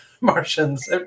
Martians